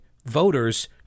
Voters